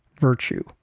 virtue